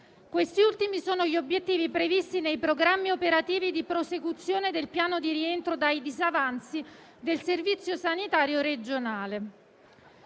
Questi ultimi sono gli obiettivi previsti nei programmi operativi di prosecuzione del piano di rientro dai disavanzi del servizio sanitario regionale.